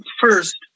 first